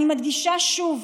אני מדגישה שוב,